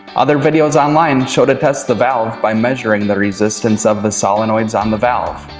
other videos online show to test the valve by measuring the resistance of the solenoids on the valve.